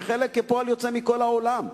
כפועל יוצא ממה שקורה בכל העולם,